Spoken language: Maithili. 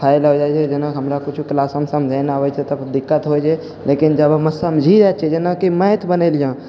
फेल हो जाइ छै जेना हमरा किछु किलासमे समझे नहि आबै छै तब दिक्कत होइ छै लेकिन जब हम समझि जाइ छी जेनाकि मैथ बनेलिए